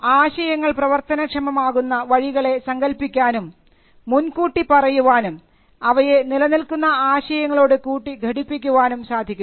ആശയങ്ങൾ പ്രവർത്തനക്ഷമമാകുന്ന വഴികളെ സങ്കൽപ്പിക്കാനും മുൻകൂട്ടി പറയുവാനും അവയെ നിലനിൽക്കുന്ന ആശയങ്ങളോട് കൂട്ടി ഘടിപ്പിക്കുവാനും സാധിക്കുന്നു